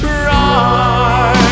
Cry